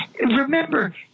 remember